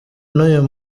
n’uyu